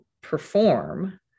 perform